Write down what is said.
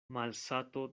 malsato